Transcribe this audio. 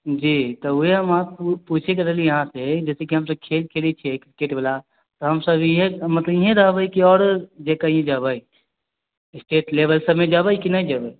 जी तऽ उहे हम अहाँ सऽ पुछैत रहली अहाँ से जैसे कि हमसब खेल खेलै छियै क्रिकेट बला तऽ हमसब इहे मतलब इहें रहबै कि आओरो कहीं जेबै स्टेट लेवल सबमे जबै कि नहि जबै